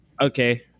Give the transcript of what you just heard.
Okay